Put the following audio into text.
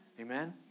Amen